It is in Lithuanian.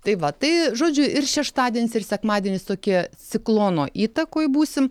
tai va tai žodžiu ir šeštadienis ir sekmadienis tokie ciklono įtakoj būsim